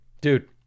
dude